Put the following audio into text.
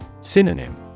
Synonym